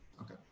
Okay